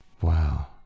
Wow